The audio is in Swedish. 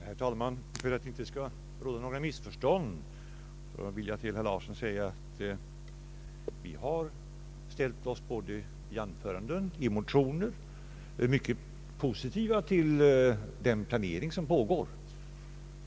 Herr talman! För att det inte skall råda något missförstånd vill jag till herr Larsson säga att vi både i anföranden och i motioner har ställt oss mycket positiva till den planering som pågår.